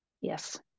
yes